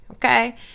Okay